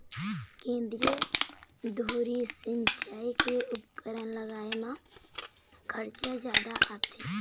केंद्रीय धुरी सिंचई के उपकरन लगाए म खरचा जादा आथे